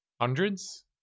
hundreds